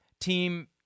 team